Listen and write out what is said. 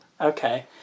okay